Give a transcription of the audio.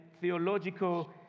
theological